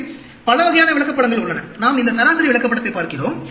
எனவே பல வகையான விளக்கப்படங்கள் உள்ளன நாம் இந்த சராசரி விளக்கப்படத்தைப் பார்க்கிறோம்